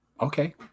Okay